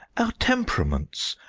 our temperaments,